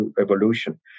evolution